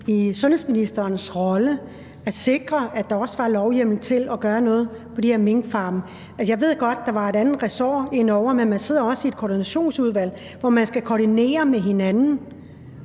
i sundhedsministerens rolle at sikre, at der også var lovhjemmel til at gøre noget på de her minkfarme. Jeg ved godt, at der var et andet ressortområde ind over, men man sidder også i et koordinationsudvalg, hvor man skal koordinere med hinanden,